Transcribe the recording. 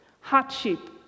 hardship